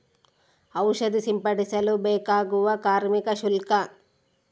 ಔಷಧಿ ಸಿಂಪಡಿಸಲು ಬೇಕಾಗುವ ಕಾರ್ಮಿಕ ಶುಲ್ಕ?